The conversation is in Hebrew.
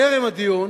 טרם הדיון